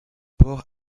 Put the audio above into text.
port